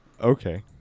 Okay